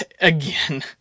Again